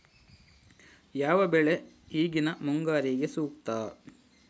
ಯಾವ ಬೆಳೆ ಈಗಿನ ಮುಂಗಾರಿಗೆ ಸೂಕ್ತ?